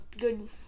good